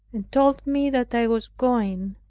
and told me that i was going,